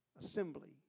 assembly